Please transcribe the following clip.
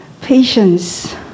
patience